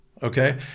Okay